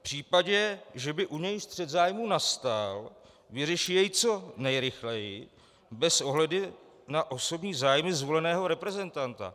v případě, že by u něj střet zájmů nastal, vyřeší jej co nejrychleji bez ohledu na osobní zájmy zvoleného reprezentanta.